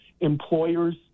employers